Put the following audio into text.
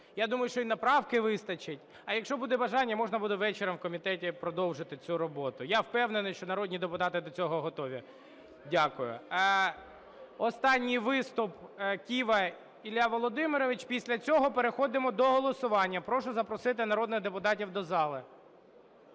Я думаю, що і на правки вистачить. А якщо буде бажання, можна буде ввечері в комітеті продовжити цю роботу. Я впевнений, що народні депутати до цього готові. Дякую. Останній виступ. Кива Ілля Володимирович. Після цього переходимо до голосування. Прошу запросити народних депутатів до зали.